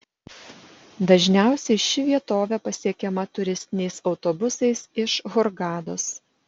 dažniausiai ši vietovė pasiekiama turistiniais autobusais iš hurgados